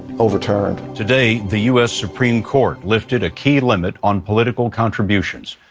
overturned. today, the u s. supreme court lifted a key limit on political contributions.